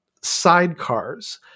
sidecars